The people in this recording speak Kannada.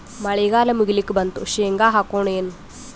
ಮಳಿಗಾಲ ಮುಗಿಲಿಕ್ ಬಂತು, ಶೇಂಗಾ ಹಾಕೋಣ ಏನು?